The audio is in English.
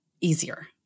easier